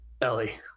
ellie